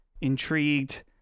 intrigued